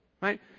right